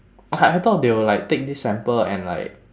I thought they will like take this sample and like